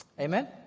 Amen